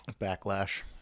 Backlash